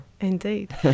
indeed